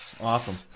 Awesome